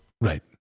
Right